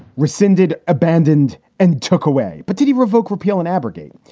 rescinded, abandoned and took away but did he revoke, repeal and abrogate?